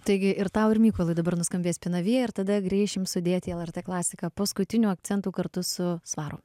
taigi ir tau ir mykolui dabar nuskambės pinavija ir tada grįšim sudėti į lrt klasiką paskutinių akcentų kartu su svaru